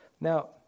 Now